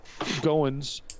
Goins